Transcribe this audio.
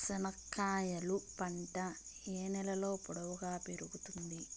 చెనక్కాయలు పంట ఏ నేలలో పొడువుగా పెరుగుతుంది?